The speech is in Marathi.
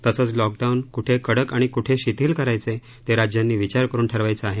तसंच लॉकडाऊन कूठे कडक आणि कूठे शिथिल करायचे ते राज्यांनी विचार करून ठरवायचं आहे